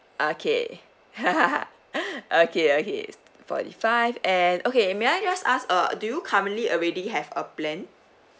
okay okay okay forty-five and okay may I just ask uh do you currently already have a plan